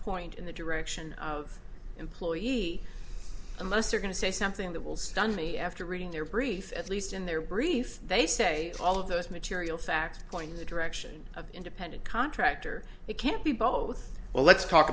point in the direction of employee unless they're going to say something that will stun me after reading their briefs at least in their briefs they say all of those materials act going to direction of independent contractor it can't be both well let's talk